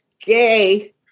gay